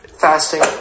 fasting